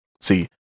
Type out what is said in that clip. see